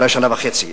אולי שנה וחצי,